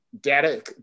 data